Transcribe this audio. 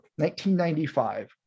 1995